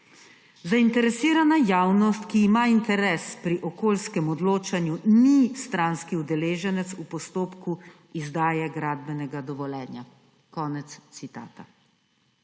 »Zainteresirana javnost, ki ima interes pri okoljskem odločanju, ni stranski udeleženec v postopku izdaje gradbenega dovoljenja.« Konec citata.